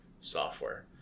software